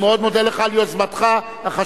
אני מאוד מודה לך על יוזמתך החשובה.